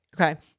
Okay